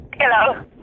Hello